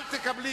בבקשה.